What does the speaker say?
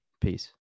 Peace